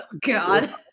god